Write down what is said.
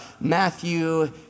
Matthew